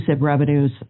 revenues